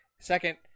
Second